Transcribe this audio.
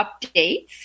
updates